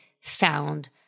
found